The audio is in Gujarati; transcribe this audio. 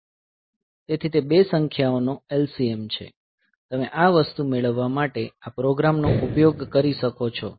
તેથી તે 2 સંખ્યાઓનો LCM છે તમે આ વસ્તુ મેળવવા માટે આ પ્રોગ્રામ નો ઉપયોગ કરી શકો છો